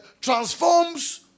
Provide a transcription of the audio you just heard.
transforms